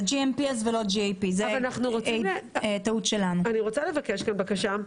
זה GMP ולא GAP. אני רוצה לבקש כאן בקשה.